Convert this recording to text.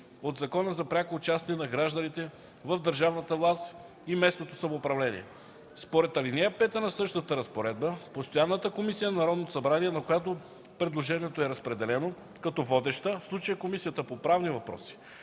от Закона за пряко участие на гражданите в държавната власт и местното самоуправление. Според ал. 5 на същата разпоредба постоянната комисия на Народното събрание, на която предложението е разпределено като водеща – в случая Комисията по правни въпроси,